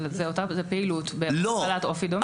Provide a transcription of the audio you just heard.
אבל זה פעילות בעלת אופי דומה.